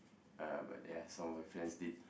uh but ya some of my friends did